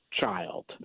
child